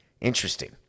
Interesting